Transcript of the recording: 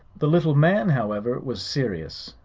the little man, however, was serious.